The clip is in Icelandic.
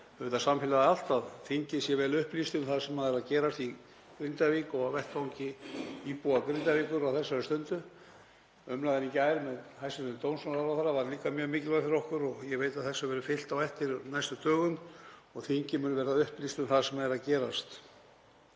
auðvitað samfélagið allt, að þingið sé vel upplýst um það sem er að gerast í Grindavík og á vettvangi íbúa Grindavíkur á þessari stundu. Umræðan í gær með hæstv. dómsmálaráðherra var líka mjög mikilvæg fyrir okkur og ég veit að þessu verður fylgt eftir á næstu dögum og að þingið mun verða upplýst um það sem er að gerast.